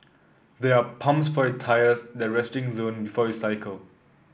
there are pumps for your tyres the resting zone before you cycle